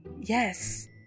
Yes